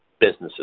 businesses